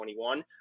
2021